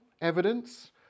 evidence